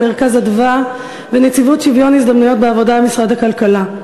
"מרכז אדוה" ונציבות שוויון הזדמנויות בעבודה במשרד הכלכלה.